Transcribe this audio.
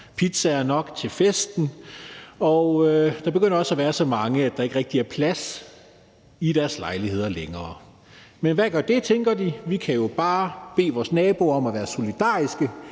pizzaer nok til festen, og der begynder også at være så mange, at der ikke rigtig er plads i deres lejligheder længere. Men hvad gør det? tænker de. Vi kan jo bare bede vores naboer om at være solidariske,